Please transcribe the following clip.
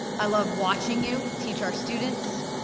i love watching you teach our students.